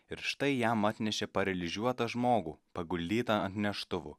ir štai jam atnešė paralyžiuotą žmogų paguldytą ant neštuvų